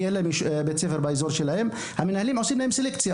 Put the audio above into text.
אין להם בית ספר באזור שלהם ומנהלי בית הספר עושים להם סלקציה.